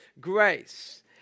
grace